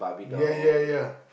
ya ya ya